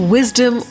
Wisdom